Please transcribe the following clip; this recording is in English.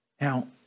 Now